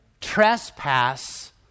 trespass